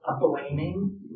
blaming